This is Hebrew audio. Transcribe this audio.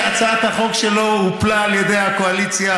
שהצעת החוק שלו הופלה על ידי הקואליציה,